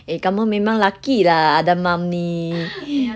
eh kamu memang lucky lah ada mum ni